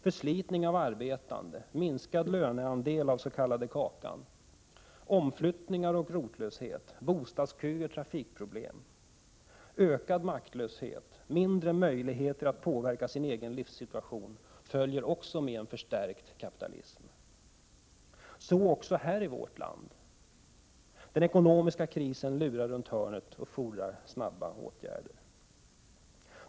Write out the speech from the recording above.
Förslitning av de arbetande, minskad löneandel av den s.k. kakan, omflyttningar och rotlöshet, bostadsköer och trafikproblem, ökad maktlöshet och mindre möjlighet att påverka sin egen livssituation följer också med en förstärkt kapitalism. Så också här i vårt land. Den ekonomiska krisen lurar runt hörnet och fordrar snara åtgärder.